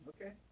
Okay